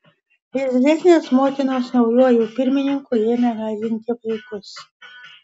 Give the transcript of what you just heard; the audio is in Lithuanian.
irzlesnės motinos naujuoju pirmininku ėmė gąsdinti vaikus